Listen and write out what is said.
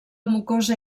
mucosa